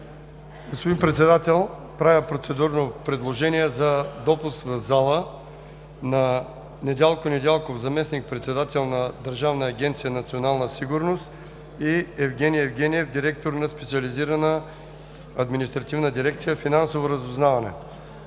Господин Председател, правя процедурно предложение за допуск в залата на Недялко Недялков – заместник-председател на Държавна агенция „Национална сигурност“, и Евгени Евгениев – директор на специализирана административна дирекция „Финансово разузнаване“.